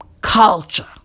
Culture